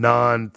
Non